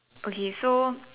okay so